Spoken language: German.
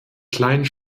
kleinen